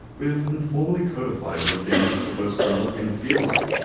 we've informally codified what games are supposed to look and feel like,